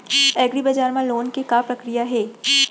एग्रीबजार मा लोन के का प्रक्रिया हे?